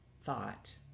thought